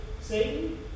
Satan